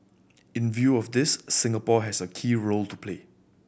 in view of this Singapore has a key role to play